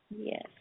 Yes